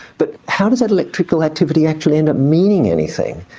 but how does that electrical activity actually end up meaning anything?